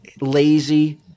lazy